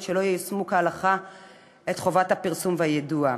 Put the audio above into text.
שלא יישמו כהלכה את חובת הפרסום והיידוע,